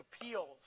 appeals